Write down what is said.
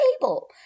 table